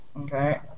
Okay